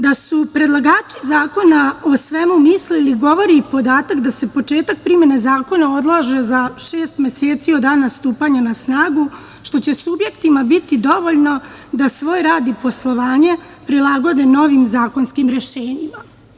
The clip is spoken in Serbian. Da su predlagači zakona o svemu mislili govori i podatak da se početak primene zakona odlaže za šest meseci od dana stupanja na snagu, što će subjektima biti dovoljno da svoj rad i poslovanje prilagode novim zakonskim rešenjima.